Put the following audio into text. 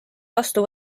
vastu